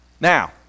Now